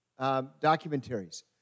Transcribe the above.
documentaries